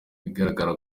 igaragara